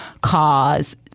cause